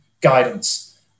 guidance